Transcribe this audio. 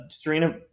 Serena